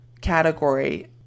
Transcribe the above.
category